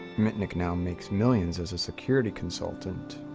mitnick now makes millions as a security consultant.